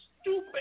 stupid